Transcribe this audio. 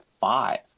five